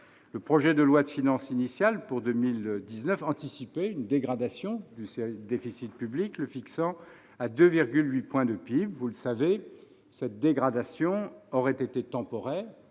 Le projet de loi de finances initiale pour 2019 anticipait une dégradation du déficit public, le fixant à 2,8 points de PIB. Vous le savez, cette dégradation aurait été temporaire